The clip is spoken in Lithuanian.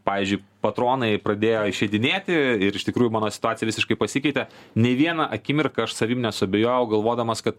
pavyzdžiui patronai pradėjo išeidinėti ir iš tikrųjų mano situacija visiškai pasikeitė nei vieną akimirką aš savim nesuabejojau galvodamas kad